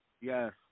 Yes